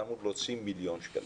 אתה אמור להוציא מיליון שקלים.